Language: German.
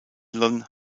laut